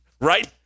Right